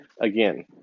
again